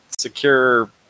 secure